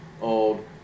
old